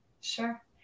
Sure